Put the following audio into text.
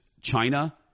China